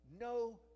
No